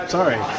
sorry